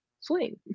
swing